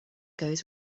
goes